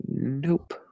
Nope